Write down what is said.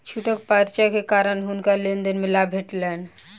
छूटक पर्चा के कारण हुनका लेन देन में लाभ भेटलैन